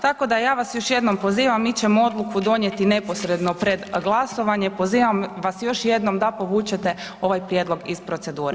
Tako da ja vas još jednom pozivam, mi ćemo odluku donijeti neposredno pred glasovanje, pozivam vas još jednom da povučete ovaj prijedlog iz procedure.